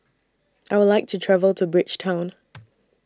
I Would like to travel to Bridgetown